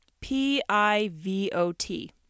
P-I-V-O-T